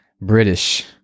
British